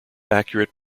accurate